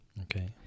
Okay